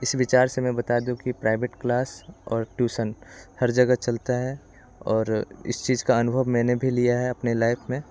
इस विचार से मैं बता दूँ कि प्राइवेट क्लास और ट्यूशन हर जगह चलता है और इस चीज का अनुभव मैंने भी लिया है अपने लाइफ में